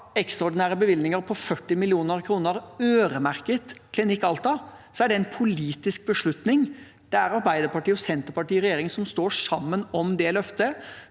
ekstraordinære bevilgninger på 40 mill. kr øremerket Klinikk Alta, er det en politisk beslutning. Det er Arbeiderpartiet og Senterpartiet i regjering som står sammen om det løftet,